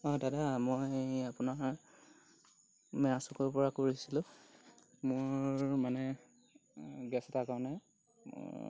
অঁ দাদা মই এই আপোনাৰ মেৰাচুকৰপৰা কৰিছিলোঁ মোৰ মানে গেছ এটাৰ কাৰণে